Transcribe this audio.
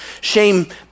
Shame